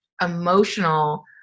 emotional